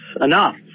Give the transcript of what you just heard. Enough